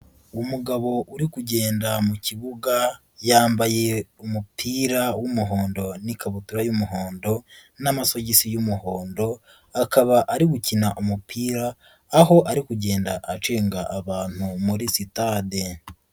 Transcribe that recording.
Umugabo uri kugenda mu kibuga yambaye umupira w'umuhondo n'ikabutura y'umuhondo n'amafigisi y'umuhondo, akaba ari gukina umupira aho ari kugenda acenga abantu muri sitade.